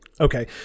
Okay